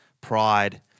Pride